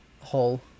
hole